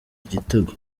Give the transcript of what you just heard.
igitego